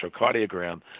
electrocardiogram